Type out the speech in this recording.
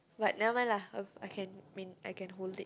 like never mind lah I can mean I can hold it